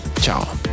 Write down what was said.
Ciao